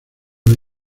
que